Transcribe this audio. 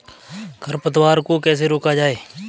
खरपतवार को कैसे रोका जाए?